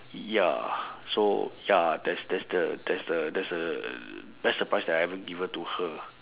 ya so ya that's that's the that's the that's the best surprise that I ever given to her